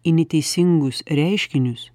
į neteisingus reiškinius